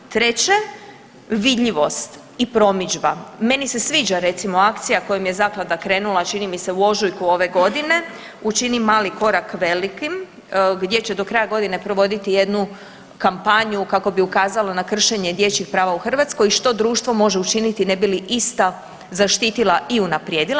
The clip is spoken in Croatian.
Treće, vidljivost i promidžba, meni se sviđa recimo akcija kojom je zaklada krenula čini mi se u ožujku ove godine „Učini mali korak velikim“ gdje će do kraja godine provoditi jednu kampanju kako bi ukazalo na kršenje dječjih prava u Hrvatskoj i što društvo može učiniti ne bi li ista zaštitila i unaprijedila.